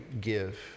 give